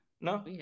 No